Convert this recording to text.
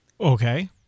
Okay